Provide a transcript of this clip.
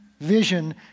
vision